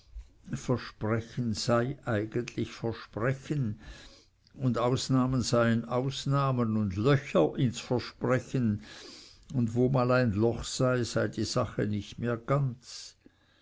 versprechen sei eigentlich versprechen und ausnahmen seien ausnahmen und löcher ins versprechen und wo mal ein loch sei sei die sache nicht mehr ganz